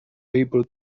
able